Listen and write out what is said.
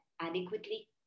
adequately